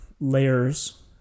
layers